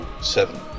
seven